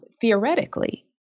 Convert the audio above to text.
theoretically